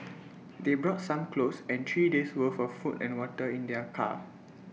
they brought some clothes and three days' worth of food and water in their car